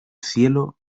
cielo